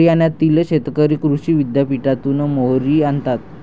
हरियाणातील शेतकरी कृषी विद्यापीठातून मोहरी आणतात